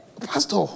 Pastor